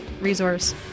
resource